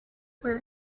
where